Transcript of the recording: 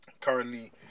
Currently